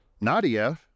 Nadia